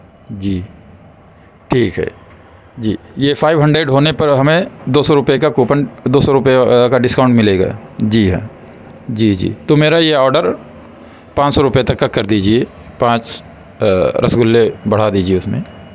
جی ٹھیک ہے جی یہ فائیو ہنڈریڈ ہونے پر ہمیں دو سو کا کوپن دو سو روپئے کا ڈسکاؤنٹ ملے گا جی ہاں جی جی تو میرا یہ آڈر پانچ سو روپیہ تک کا کر دیجئے پانچ رسگلے بڑھا دیجئے اس میں